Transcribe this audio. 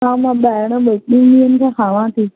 हा मां ॿाहिरि ॿिनि टिनि ॾींहंनि खां खांवां थी